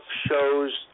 shows